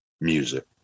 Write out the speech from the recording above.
music